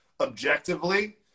objectively